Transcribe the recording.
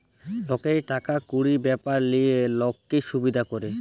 লকের টাকা কুড়ির ব্যাপার লিয়ে লক্কে সুবিধা ক্যরে